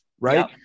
Right